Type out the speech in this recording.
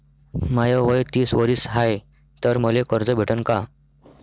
माय वय तीस वरीस हाय तर मले कर्ज भेटन का?